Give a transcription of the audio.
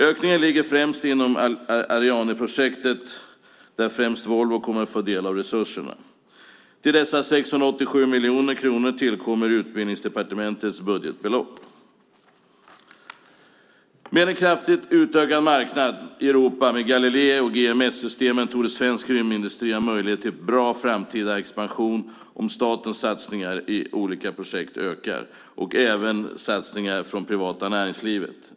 Ökningen ligger främst inom Ariadneprojektet där framför allt Volvo kommer att få del av resurserna. Till dessa 687 miljoner kronor kommer Utbildningsdepartementets budgetbelopp. Med en kraftigt utökad marknad i Europa med Galileo och GMS-systemen torde svensk rymdindustri ha möjlighet till bra expansion i framtiden om statens satsningar i olika projekt ökar. Det gäller även satsningar från det privata näringslivet.